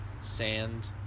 sand